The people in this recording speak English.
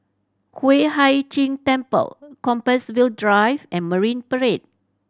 Yueh Hai Ching Temple Compassvale Drive and Marine Parade